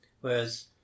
Whereas